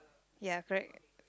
ya correct